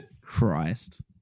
Christ